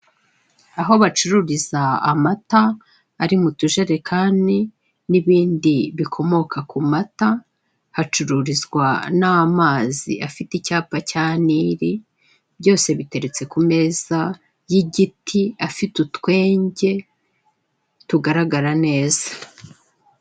Aho bacururiza amata ari mu tujerekani n'ibindi bikomoka ku mata, hacururizwa n'amazi afite icyapa cya niri, byose biteretse ku meza y'igiti afite utwenge tugaragara neza.